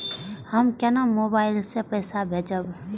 हम केना मोबाइल से पैसा भेजब?